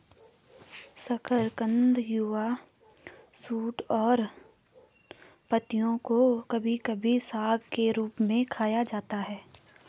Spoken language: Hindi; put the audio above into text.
शकरकंद युवा शूट और पत्तियों को कभी कभी साग के रूप में खाया जाता है